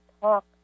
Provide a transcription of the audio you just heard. talk